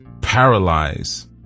Paralyze